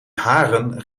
haren